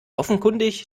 offenkundig